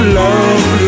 love